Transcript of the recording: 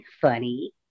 funny